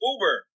Uber